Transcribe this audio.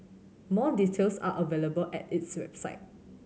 more details are available at its website